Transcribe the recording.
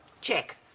check